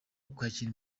kwakira